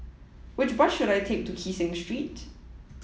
which bus should I take to Kee Seng Street